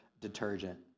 detergent